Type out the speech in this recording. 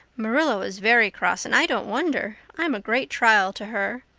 marilla was very cross and i don't wonder. i'm a great trial to her.